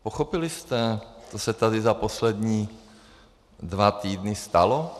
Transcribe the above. Pochopili jste, co se tady za poslední dva týdny stalo?